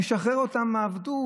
לשחרר אותם מעבדות,